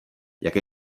jaké